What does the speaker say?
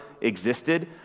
existed